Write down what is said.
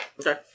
Okay